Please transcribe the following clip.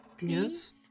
Yes